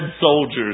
soldiers